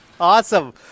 Awesome